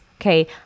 okay